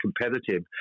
competitive